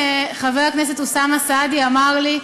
אכן, חבר הכנסת אוסאמה סעדי אמר לי,